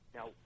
Now